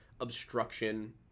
obstruction